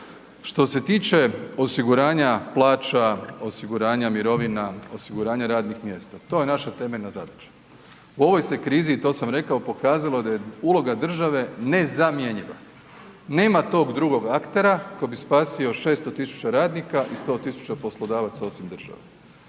Što se tiče osiguranja plaća, osiguranja mirovina, osiguranja radnih mjesta, to je naša temeljna zadaća. U ovoj se krizi i to sam rekao pokazalo da je uloga države nezamjenjiva, nema tog drugog aktera koji bi spasio 600.000 radnika i 100.000 poslodavaca osim države.